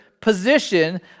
position